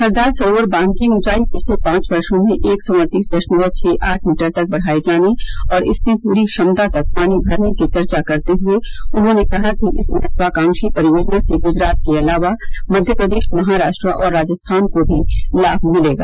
सरदार सरोवर बांध की ऊंचाई पिछले पांच वर्षों में एक सौ अड़तीस दशमलव छह आठ मीटर तक बढ़ाये जाने और इसमें पूरी क्षमता तक पानी भरने की चर्चा करते हुए उन्होंने कहा कि इस महत्वाकांक्षी परियोजना से गुजरात के अलावा मध्यप्रदेश महाराष्ट्र और राजस्थान को भी लाभ मिलेगा